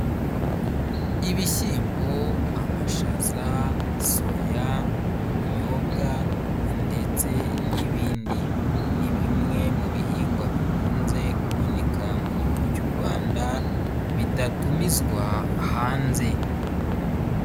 Ibishyimbo, amashaza, soya, ubunyobwa ndetse n'ibindi, ni bimwe mu bihingwa bikunze kuboneka mu Gihugu cy'u Rwanda bidatumizwa hanze.